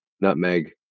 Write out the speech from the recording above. nutmeg